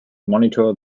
monitor